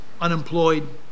unemployed